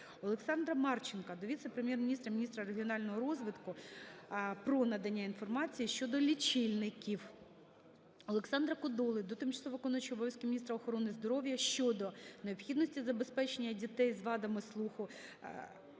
Олександра Марченка до Віце-прем’єр-міністра - міністра регіонального розвитку про надання інформації щодо лічильників. Олександра Кодоли до тимчасово виконуючої обов'язки міністра охорони здоров'я щодо необхідності забезпечення дітей з вадами слуху